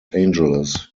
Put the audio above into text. angeles